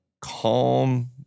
calm